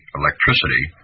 electricity